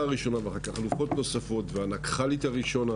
הראשונה ואחר כך אלופות נוספות והנקח"לית הראשונה,